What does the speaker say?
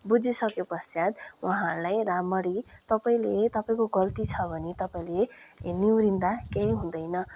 बुझिसके पश्चात वहाँलाई राम्ररी तपाईँले तपाईँको गल्ती छ भने तपाईँले निहुरिँदा केही हुँदैन